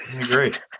great